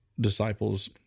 disciples